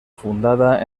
fundada